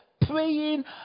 Praying